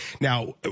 Now